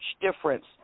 difference